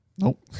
Nope